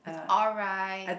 it's alright